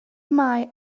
mae